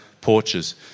porches